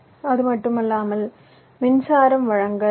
அது மட்டுமல்லாமல் மின்சாரம் வழங்கல் வி